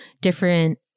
different